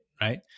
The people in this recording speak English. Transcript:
right